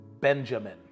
Benjamin